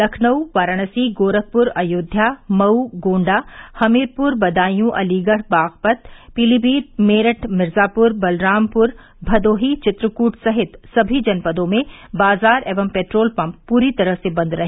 लखनऊ वाराणसी गोरखपुर अयोध्या मऊ गोण्डा हमीरपुर बदायूं अलीगढ़ बागपत पीलीमीत मेरठ मिर्जापुर बलरामपुर भदोही चित्रकूट सहित सभी जनपदों में बाजार एवं पेट्रोल पम्प पूरी तरह से बंद रहे